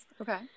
Okay